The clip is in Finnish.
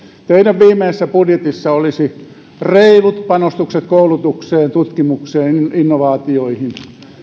teidän viimeisessä budjetissanne olisi reilut panostukset koulutukseen tutkimukseen ja innovaatioihin